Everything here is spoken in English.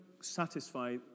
satisfy